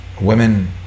women